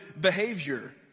behavior